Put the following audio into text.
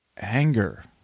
Anger